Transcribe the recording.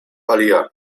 alia